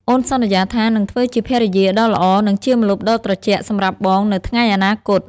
អូនសន្យាថានឹងធ្វើជាភរិយាដ៏ល្អ និងជាម្លប់ដ៏ត្រជាក់សម្រាប់បងនៅថ្ងៃអនាគត។